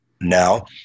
Now